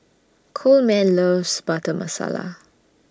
Coleman loves Butter Masala